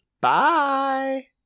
Bye